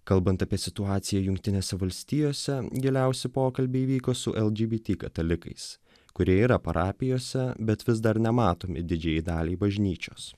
kalbant apie situaciją jungtinėse valstijose giliausi pokalbiai vyko su eldžibiti katalikais kurie yra parapijose bet vis dar nematomi didžiajai daliai bažnyčios